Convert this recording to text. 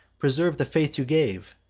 preserve the faith you gave,